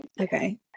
okay